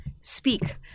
speak